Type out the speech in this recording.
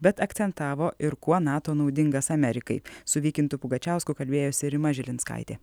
bet akcentavo ir kuo nato naudingas amerikai su vykintu pugačiausku kalbėjosi rima žilinskaitė